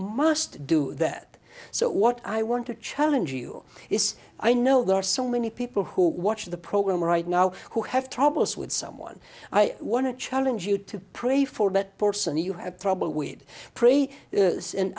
must do that so what i want to challenge you is i know there are so many people who watch the program right now who have troubles with someone i want to challenge you to pray for that person you have trouble we'd pray and